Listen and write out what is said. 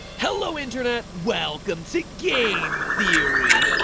hello, internet! welcome to game theory!